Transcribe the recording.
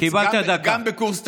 גם בקורס טיס,